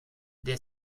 der